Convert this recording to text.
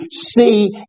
see